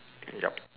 yup